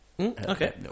Okay